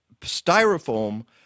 styrofoam